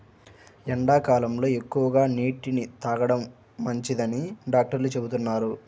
ఎండాకాలంలో ఎక్కువగా నీటిని తాగడం మంచిదని డాక్టర్లు చెబుతున్నారు